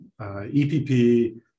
EPP